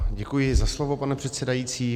Děkuji za slovo, pane předsedající.